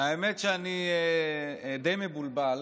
האמת שאני די מבולבל.